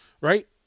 right